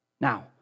Now